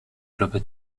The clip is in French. globe